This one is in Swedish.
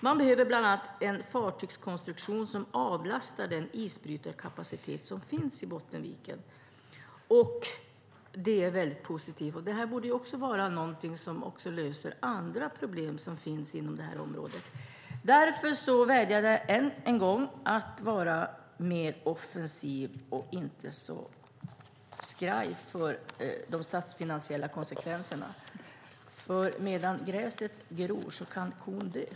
Man behöver bland annat en fartygskonstruktion som medför en avlastning av den isbrytarkapacitet som finns i Bottenviken. Det är väldigt positivt. Det här borde vara någonting som löser även andra problem inom det här området. Därför vädjar jag än en gång: Var mer offensiv och inte så skraj för de statsfinansiella konsekvenserna. Medan gräset gror kan kon dö.